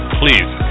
please